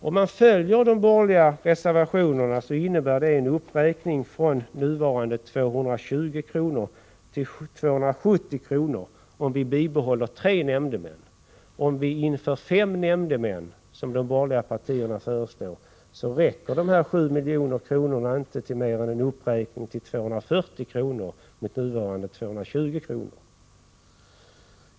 Om man följer den borgerliga reservationen, så innebär det en uppräkning från nuvarande 220 kr. till 270 kr. om vi bibehåller tre nämndemän. Om vi inför ett system med fem nämndemän, som de borgerliga partierna föreslår, så räcker dessa 7 milj.kr. inte till mer än en uppräkning till 240 kr. från nuvarande 220 kr.